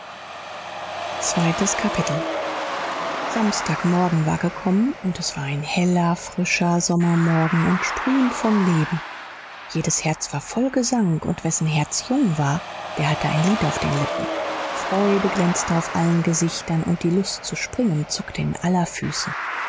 zweites kapitel samstag morgen war gekommen und es war ein heller frischer sommermorgen und sprühend von leben jedes herz war voll gesang und wessen herz jung war der hatte ein lied auf den lippen freude glänzte auf allen gesichtern und die lust zu springen zuckte in aller füßen